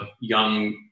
young